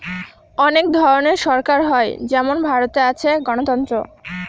অনেক ধরনের সরকার হয় যেমন ভারতে আছে গণতন্ত্র